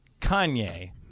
Kanye